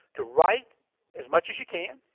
to write as much as you can,